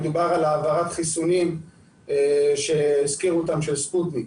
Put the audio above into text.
מדובר על העברת חיסונים של ספוטניק.